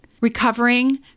Recovering